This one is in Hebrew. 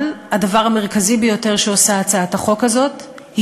אבל הדבר המרכזי ביותר שעושה הצעת החוק הזאת הוא